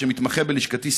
שמתמחה בלשכתי,